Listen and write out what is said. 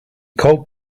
called